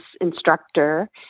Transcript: instructor